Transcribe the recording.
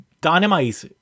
dynamite